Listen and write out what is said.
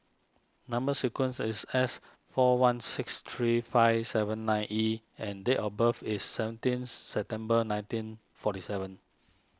Number Sequence is S four one six three five seven nine E and date of birth is seventeenth September nineteen forty seven